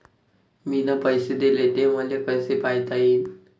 मिन पैसे देले, ते मले कसे पायता येईन?